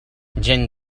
gent